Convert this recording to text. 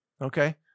Okay